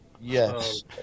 Yes